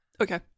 Okay